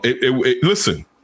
Listen